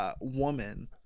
Woman